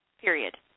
Period